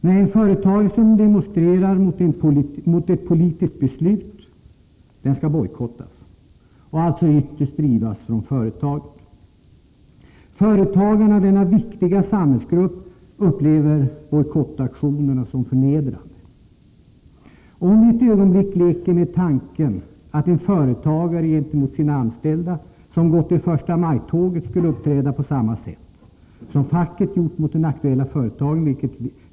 Nej, företagare som demonstrerar mot ett politiskt beslut skall bojkottas och alltså ytterst drivas från företaget. Företagarna, denna viktiga samhällsgrupp, upplever bojkottaktionerna som förnedrande. Låt oss ett ögonblick leka med tanken att en företagare gentemot sina anställda som gått i förstamajtåget skulle uppträda på samma sätt som facket gjort mot den aktuelle företagaren.